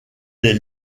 des